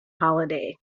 holiday